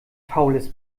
faules